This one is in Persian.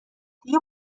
دیگه